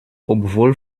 obwohl